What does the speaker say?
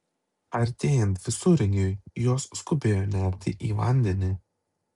artėjant visureigiui jos skubėjo nerti į vandenį